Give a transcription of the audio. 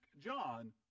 John